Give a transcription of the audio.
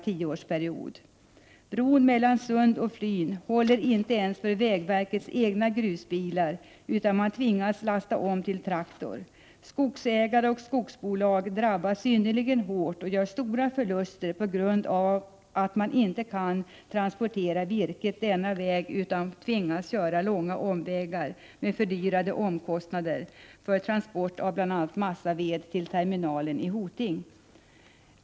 Bron mellan Sund och Flyn håller inte ens för vägverkets egna grusbilar, utan man tvingas lasta om till traktor. Skogsägare och skogsbolag drabbas synnerligen hårt. De gör stora förluster på grund av att de inte kan transportera virket på nämnda väg. I stället tvingas de köra långa omvägar, vilket medför större omkostnader för transporter av bl.a. massaved till terminalen i Hoting.